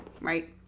right